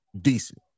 decent